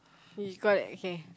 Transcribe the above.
you got okay